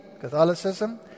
Catholicism